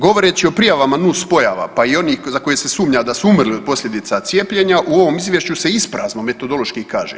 Govoreći o prijavama nus pojava pa i onih za koje sumnja da su umrli od posljedica cijepljenja u ovom izvješću se isprazno metodološki kaže.